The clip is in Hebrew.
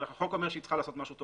החוק אומר שהיא צריכה לעשות משהו תוך